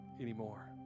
anymore